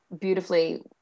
beautifully